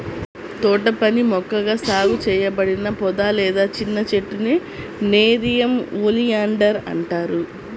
తోటపని మొక్కగా సాగు చేయబడిన పొద లేదా చిన్న చెట్టునే నెరియం ఒలియాండర్ అంటారు